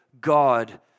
God